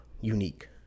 unique